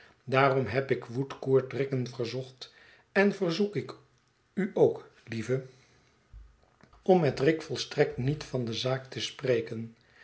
daarom heb ik woodcourt dringend verzocht en verzoek ik u ook lieve om met rick volstrekt niet van de zaak te spreken